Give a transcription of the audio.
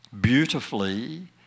beautifully